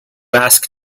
ask